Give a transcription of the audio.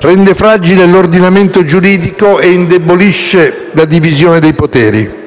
rende fragile l'ordinamento giuridico e indebolisce la divisione dei poteri.